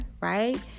right